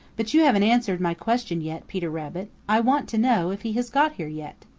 but you haven't answered my question yet, peter rabbit. i want to know if he has got here yet.